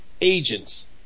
agents